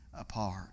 apart